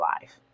life